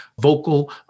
Vocal